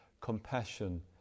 compassion